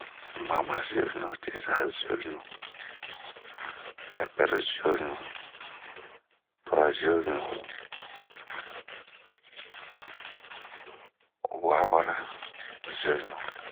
mamazioɲu, cizazioɲu, ɛpɛruzioɲu, tuazioɲu, wawaziɲu,